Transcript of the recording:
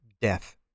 death